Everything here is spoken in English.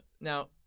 Now